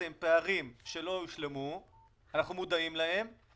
עם פערים שלא הושלמו ואנחנו מודעים להם,